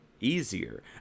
easier